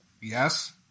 Yes